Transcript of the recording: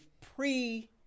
pre